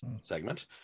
segment